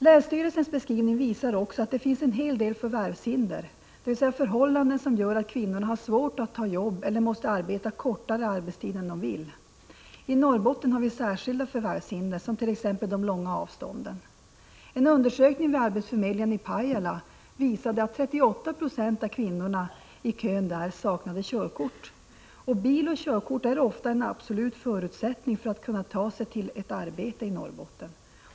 Länsstyrelsens beskrivning visar också att det finns en hel del förvärvshinder, dvs. förhållanden som gör att kvinnorna har svårt att ta jobb eller måste arbeta kortare arbetstid än de vill. I Norrbotten har vi särskilda förvärvshinder, t.ex. de långa avstånden. En undersökning vid arbetsförmedlingen i Pajala visade att 38 Zo av kvinnorna i kön där saknade körkort. Bil och körkort är ofta en absolut förutsättning för att kunna ta sig till ett arbete i Norrbotten.